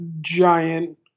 giant